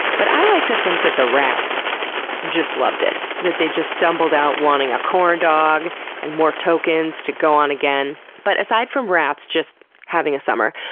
but i like to think that the rats just loved it. that they just stumbled out wanting a corndog and more tokens to go on again. but aside from rats just having a summer,